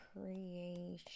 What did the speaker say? creation